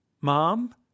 Mom